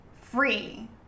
free